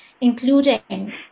including